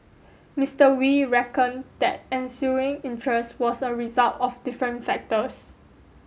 Mister Wee reckoned that ensuing interest was a result of different factors